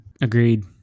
Agreed